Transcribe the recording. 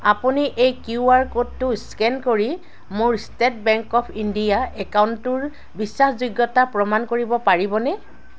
আপুনি এই Q R ক'ডটো স্কেন কৰি মোৰ ষ্টে'ট বেংক অৱ ইণ্ডিয়া একাউণ্টটোৰ বিশ্বাসযোগ্যতা প্ৰমাণ কৰিব পাৰিবনে